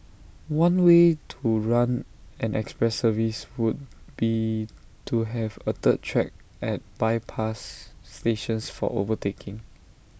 one way to run an express service would be to have A third track at bypass stations for overtaking